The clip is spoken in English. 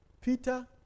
Peter